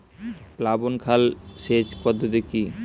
প্লাবন খাল সেচ পদ্ধতি কি?